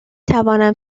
توانم